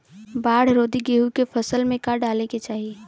बाढ़ रोधी गेहूँ के फसल में का डाले के चाही?